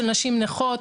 של נשים נכות,